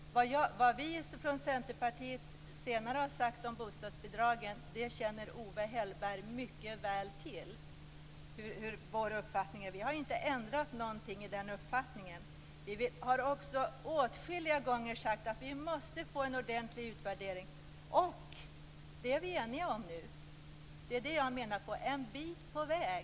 Vad vi i Centerpartiet senare har sagt om bostadsbidragen känner Owe Hellberg mycket väl till. Vi har inte ändrat vår uppfattning. Vi har också åtskilliga gånger sagt att vi måste få en ordentlig utvärdering. Det är vi eniga om nu. Det är det jag menar är en bit på väg.